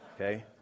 Okay